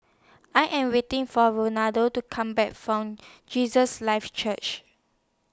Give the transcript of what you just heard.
I Am waiting For to Come Back from Jesus Lives Church